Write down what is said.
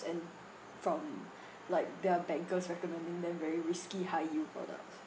and from like their bankers recommending them very risky high yield products